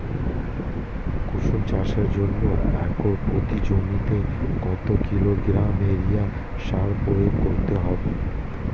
কুসুম চাষের জন্য একর প্রতি জমিতে কত কিলোগ্রাম ইউরিয়া সার প্রয়োগ করতে হবে?